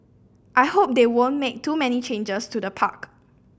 I hope they won't make too many changes to the park